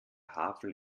havel